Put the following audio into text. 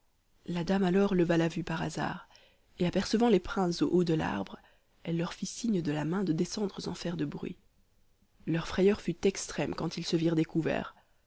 la dame alors leva la vue par hasard et apercevant les princes au haut de l'arbre elle leur fit signe de la main de descendre sans faire de bruit leur frayeur fut extrême quand ils se virent découverts